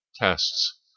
tests